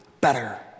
better